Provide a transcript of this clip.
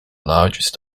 largest